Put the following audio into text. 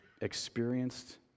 experienced